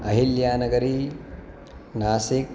Ahalyanagari Nashik